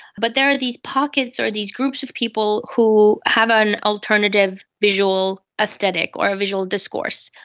but there are these pockets or these groups of people who have an alternative visual aesthetic or a visual discourse.